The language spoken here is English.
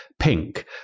pink